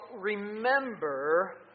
remember